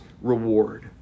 reward